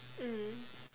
mm